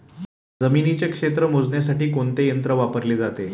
जमिनीचे क्षेत्र मोजण्यासाठी कोणते यंत्र वापरले जाते?